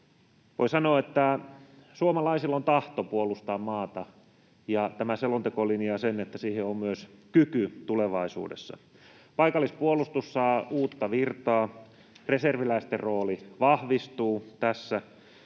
Voi sanoa, että suomalaisilla on tahto puolustaa maata, ja tämä selonteko linjaa sen, että siihen on myös kyky tulevaisuudessa. Paikallispuolustus saa uutta virtaa, reserviläisten rooli vahvistuu tässä,